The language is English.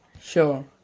Sure